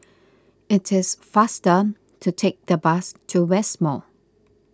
it is faster to take the bus to West Mall